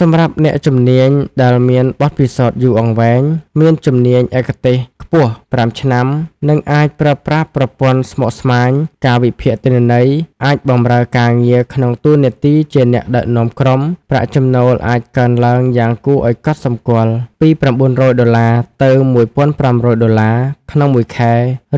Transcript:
សម្រាប់អ្នកជំនាញដែលមានបទពិសោធន៍យូរអង្វែង មានជំនាញឯកទេសខ្ពស់(5+ ឆ្នាំ) និងអាចប្រើប្រាស់ប្រព័ន្ធស្មុគស្មាញ ការវិភាគទិន្នន័យ អាចបម្រើការងារក្នុងតួនាទីជាអ្នកដឹកនាំក្រុម ប្រាក់ចំណូលអាចកើនឡើងយ៉ាងគួរឱ្យកត់សម្គាល់ពី $900 ទៅ $1,500+ ក្នុងមួយខែ